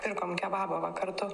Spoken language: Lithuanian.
pirkom kebabą va kartu